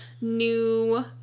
new